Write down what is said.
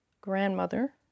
grandmother